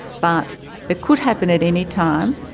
but it could happen at any time.